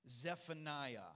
Zephaniah